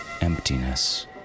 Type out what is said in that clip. emptiness